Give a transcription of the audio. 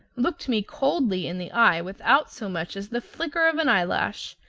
looked me coldly in the eye without so much as the flicker of an eyelash,